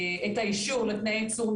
האישור לתנאי ייצור,